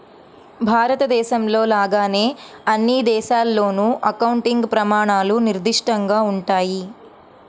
భారతదేశంలో లాగానే అన్ని దేశాల్లోనూ అకౌంటింగ్ ప్రమాణాలు నిర్దిష్టంగా ఉంటాయి